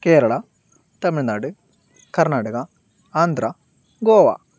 Kerala Tamil Nadu Karnataka Andhra Goa